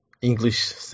English